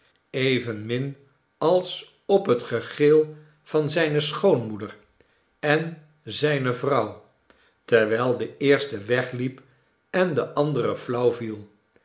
evenmin als op het gegil van zijne schoonmoeder en zijne vrouw terwijl de eerste wegliep en de andere flauw viel